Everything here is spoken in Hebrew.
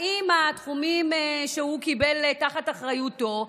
האם התחומים שהוא קיבל תחת אחריותו,